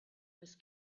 miss